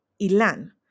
Ilan